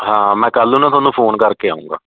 ਹਾਂ ਮੈਂ ਕੱਲ੍ਹ ਨੂੰ ਤੁਹਾਨੂੰ ਫੋਨ ਕਰਕੇ ਆਉਂਗਾ